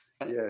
yes